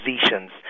positions